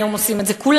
היום עושים את זה כולנו,